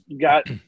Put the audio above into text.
got